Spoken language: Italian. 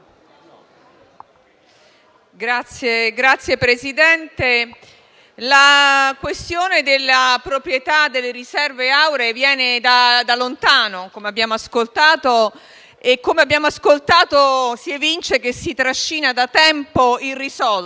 abbiamo ascoltato, la questione della proprietà delle riserve auree viene da lontano, e da ciò che abbiamo ascoltato si evince che si trascina da tempo, irrisolta.